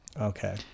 okay